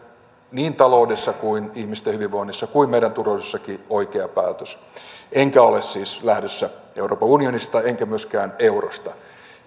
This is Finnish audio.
niin taloudessa kuin ihmisten hyvinvoinnissa kuin meidän turvallisuudessakin oikea päätös enkä ole siis lähdössä euroopan unionista enkä myöskään eurosta